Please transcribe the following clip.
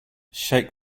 shake